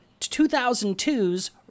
2002's